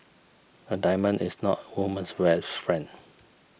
a diamond is not a woman's rest friend